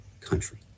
country